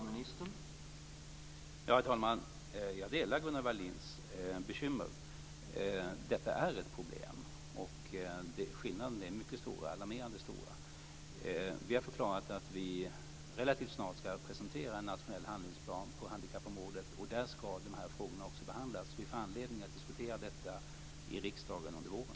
Herr talman! Jag delar Gunnel Wallins uppfattning. Detta är ett problem. Skillnaderna är alarmerande stora. Vi har förklarat att vi relativt snart ska presentera en nationell handlingsplan på handikappområdet. Där ska de här frågorna också behandlas. Vi får anledning att diskutera detta i riksdagen under våren.